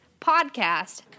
podcast